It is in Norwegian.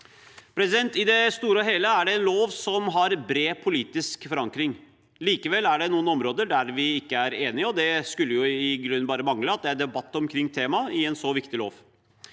framtiden. I det store og hele er det en lov som har bred politisk forankring. Likevel er det noen områder der vi ikke er enige, og det skulle i grunnen bare mangle at det ikke var debatt omkring temaer i en så viktig lov.